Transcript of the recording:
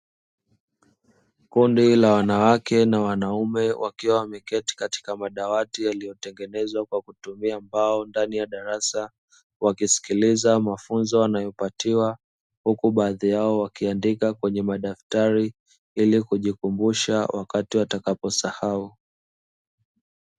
Kundi la wanawake na wanaume wakiwa wameketi katika madawati yaliyotengenezwa kwa kutumia mbao ndani ya darasa, wakisikiliza mafunzo wanayopatiwa huku baadhi yao wakiandika katika madaftari ili kujikumbusha wakati watakaposahau.